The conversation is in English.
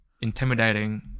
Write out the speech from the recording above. intimidating